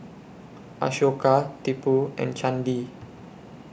Ashoka Tipu and Chandi